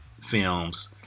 films